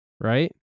right